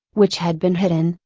which had been hidden,